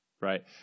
Right